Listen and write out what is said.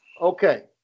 Okay